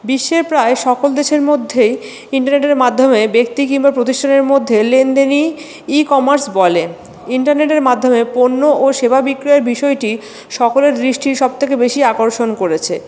বিশ্বের প্রায় সকল দেশের মধ্যেই ইন্টারনেটের মাধ্যমে ব্যক্তি কিংবা প্রতিষ্ঠানের মধ্যে লেনদেনই ই কমার্স বলে ইন্টারনেটের মাধ্যমে পণ্য ও সেবা বিক্রয়ের বিষয়টি সকলের দৃষ্টি সবথেকে বেশি আকর্ষণ করেছে